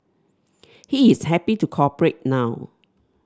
he is happy to cooperate now